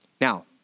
now